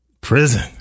prison